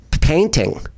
painting